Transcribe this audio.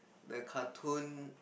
the cartoon